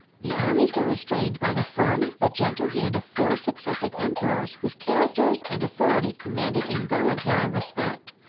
the armies were restrained by the firm but gentle hand of four successive emperors, whose characters and authority commanded involuntary respect.